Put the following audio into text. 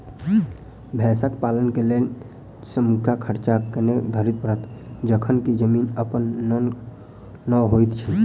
भैंसक पालन केँ लेल समूचा खर्चा कतेक धरि पड़त? जखन की जमीन अप्पन नै होइत छी